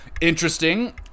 interesting